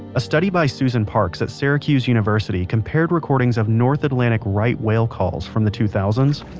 a study by susan parks at syracuse university compared recordings of north atlantic right whale calls from the two thousand